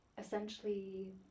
essentially